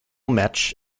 match